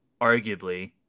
arguably